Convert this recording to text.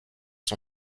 son